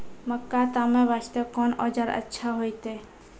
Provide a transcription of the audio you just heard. मक्का तामे वास्ते कोंन औजार अच्छा होइतै?